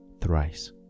thrice